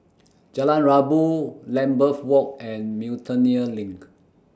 Jalan Rabu Lambeth Walk and Miltonia LINK